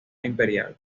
imperial